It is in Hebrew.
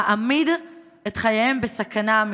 מעמיד את חייהם בסכנה אמיתית.